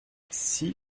six